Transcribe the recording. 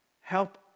Help